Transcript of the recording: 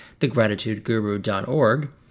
thegratitudeguru.org